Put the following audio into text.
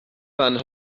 waren